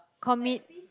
commit